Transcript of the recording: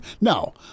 no